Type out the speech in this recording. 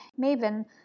Maven